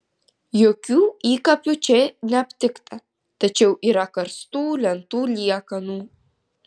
jokių įkapių čia neaptikta tačiau yra karstų lentų liekanų